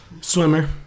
swimmer